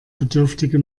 bedürftige